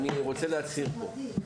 אני רוצה להצהיר פה,